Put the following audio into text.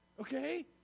okay